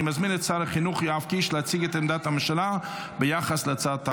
אני מזמין את שר החינוך יואב קיש להציג את עמדת הממשלה ביחס להצעת החוק.